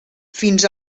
fins